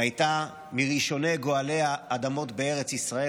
והייתה מראשוני גואלי האדמות בארץ ישראל,